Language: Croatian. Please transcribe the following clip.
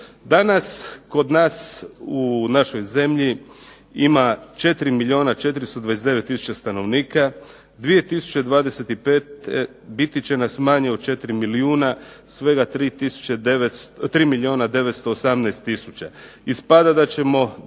Danas kod nas u našoj zemlji ima 4 milijuna 429 tisuća stanovnika. 2025 biti će nas manje od 4 milijuna. Svega 3 milijuna 918 tisuća.